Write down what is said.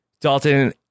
Dalton